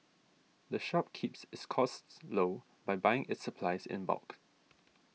the shop keeps its costs low by buying its supplies in bulk